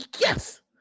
Yes